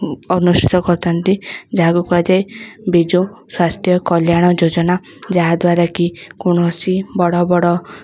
ଅନୁଷ୍ଠିତ କରିଥାନ୍ତି ଯାହାକୁ କୁହାଯାଏ ବିଜୁ ସ୍ୱାସ୍ଥ୍ୟ କଲ୍ୟାଣ ଯୋଜନା ଯାହାଦ୍ୱାରାକି କୌଣସି ବଡ଼ ବଡ଼